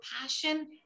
passion